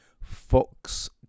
Fox